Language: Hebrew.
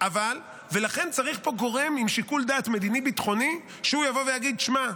לכן צריך פה גורם עם שיקול דעת מדיני ביטחוני שיבוא ויגיד: שמע,